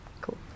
Cool